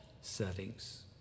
settings